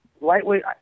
Lightweight